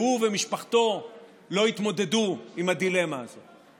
שהוא ומשפחתו לא התמודדו עם הדילמה הזאת.